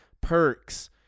perks